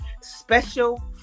special